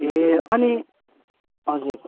ए अनि हजुर